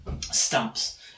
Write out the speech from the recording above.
Stumps